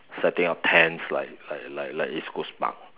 setting up tents like like like like east coast park